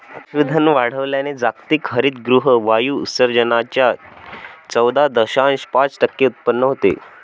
पशुधन वाढवल्याने जागतिक हरितगृह वायू उत्सर्जनाच्या चौदा दशांश पाच टक्के उत्पन्न होते